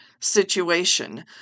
situation